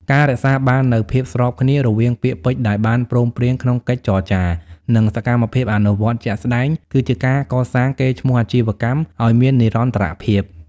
ការរក្សាបាននូវ "ភាពស្របគ្នា" រវាងពាក្យពេចន៍ដែលបានព្រមព្រៀងក្នុងកិច្ចចរចា និងសកម្មភាពអនុវត្តជាក់ស្ដែង គឺជាការកសាងកេរ្តិ៍ឈ្មោះអាជីវកម្មឱ្យមាននិរន្តរភាព។